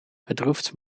bedroefd